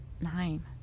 Nine